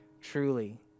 truly